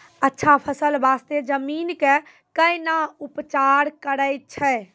अच्छा फसल बास्ते जमीन कऽ कै ना उपचार करैय छै